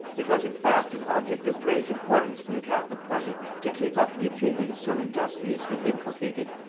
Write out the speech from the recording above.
it was in fact an object of great importance to the catholic party to keep up the opinion, so industriously inculcated,